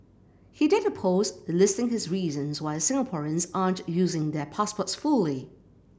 he did a post listing his reasons why Singaporeans aren't using their passports fully